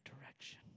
direction